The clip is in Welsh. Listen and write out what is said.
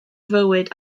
fywyd